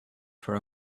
for